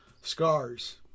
Scars